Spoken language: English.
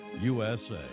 USA